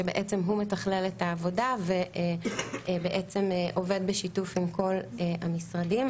בעצם הוא מתכלל את העבודה ועובד בשיתוף עם כל המשרדים,